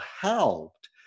helped